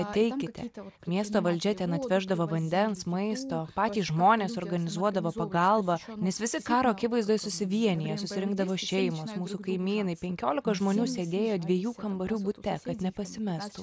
ateikite miesto valdžia ten atveždavo vandens maisto patys žmonės organizuodavo pagalbą nes visi karo akivaizdoj susivienija susirinkdavo šeimos mūsų kaimynai penkiolika žmonių sėdėjo dviejų kambarių bute kad nepasimestų